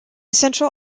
central